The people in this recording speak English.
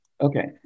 Okay